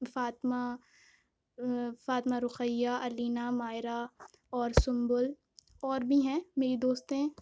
فاطمہ فاطمہ رقیہ علینا مائرہ اور سنبل اور بھی ہیں میری دوستیں